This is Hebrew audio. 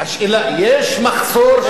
השאלה, יש מחסור?